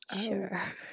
Sure